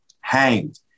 hanged